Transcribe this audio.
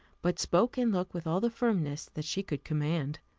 but spoke and looked with all the firmness that she could command.